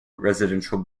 residential